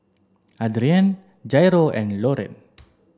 Adrienne Jairo and Loren